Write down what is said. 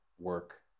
work